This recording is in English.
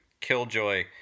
killjoy